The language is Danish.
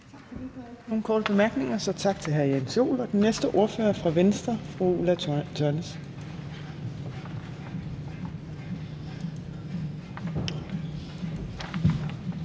nogen korte bemærkninger, så tak til hr. Jens Joel. Den næste ordfører er fra Venstre. Fru Ulla Tørnæs.